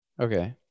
Okay